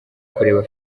kureba